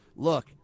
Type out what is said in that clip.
Look